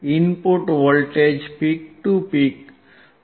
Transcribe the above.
input voltage peak to peak 4